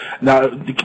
Now